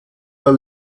der